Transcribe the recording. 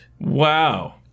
Wow